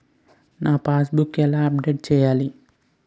నా pass book ఎలా update చేయాలి?